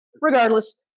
Regardless